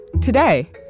Today